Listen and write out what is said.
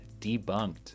debunked